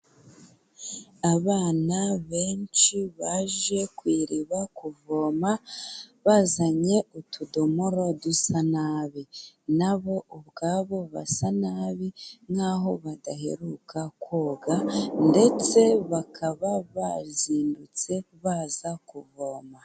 Abana benshi baje ku iriba kuvoma bazanye utudomoro dusa nabi na bo ubwabo basa nabi nkaho badaheruka koga, ndetse bakaba bazindutse baza kuvoma.